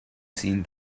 seen